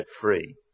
free